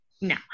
No